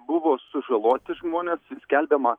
buvo sužaloti žmonės skelbiama